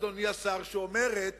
אדוני השר, שאומרת